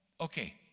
Okay